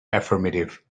affirmative